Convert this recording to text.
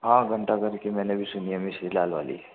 हाँ घंटा घर का मैंने भी सुना है मिस्रीलाल वाली